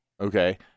okay